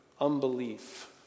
unbelief